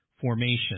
formation